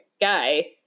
guy